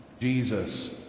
Jesus